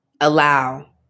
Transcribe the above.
allow